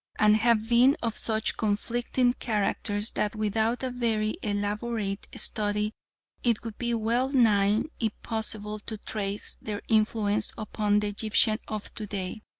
and have been of such conflicting characters that without a very elaborate study it would be well-nigh impossible to trace their influence upon the egyptian of to-day.